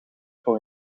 voor